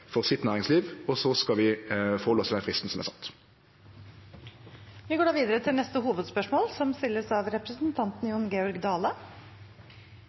for sitt næringsliv. Så skal vi halde oss til den fristen som er sett. Vi går videre til neste hovedspørsmål. Det ser ut som